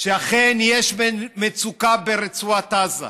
שאכן יש מצוקה ברצועת עזה,